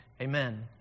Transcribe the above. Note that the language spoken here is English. amen